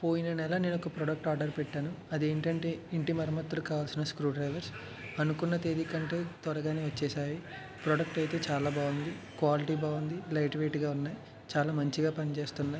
పోయిన నెల నేను ఒక ప్రాడక్ట్ ఆర్డర్ పెట్టాను అది ఏంటంటే ఇంటి మరమ్మత్తులకు కావలసిన స్క్రూడ్రైవర్స్ అనుకున్న తేదీ కంటే త్వరగానే వచ్చాయి ప్రాడక్ట్ ఆయితే చాలా బాగుంది క్వాలిటి బాగుంది లైట్ వెయిట్గా ఉన్నాయి చాలా మంచిగా పనిచేస్తున్నాయి